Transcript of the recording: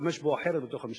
להשתמש בו אחרת בתוך המשטרה.